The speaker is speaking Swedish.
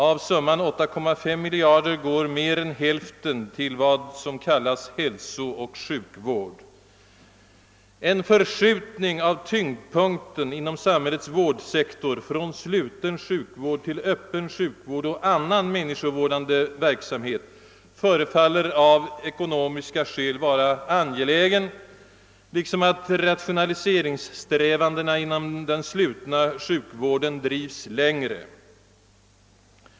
Av summan 8,5 miljarder kronor går mer än hälften till vad som kallas hälsooch sjukvård. En förskjutning av tyngdpunkten inom samhällets vårdsektor från sluten sjukvård till öppen sjukvård och annan människovårdande verksamhet förefaller av ekonomiska skäl vara angelägen liksom också att = rationaliseringssträvandena inom den slutna sjukvården drivs längre.